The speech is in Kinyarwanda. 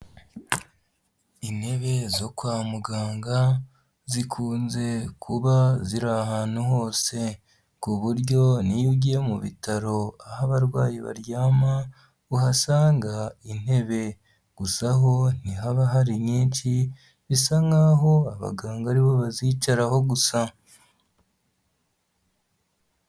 Intebe zo kwa muganga, zikunze kuba ziri ahantu hose, ku buryo n'iyo ugiye mu bitaro aho abarwayi baryama uhasanga intebe, gusa ho ntihaba hari nyinshi, bisa nkaho abaganga aribo bazicaraho gusa.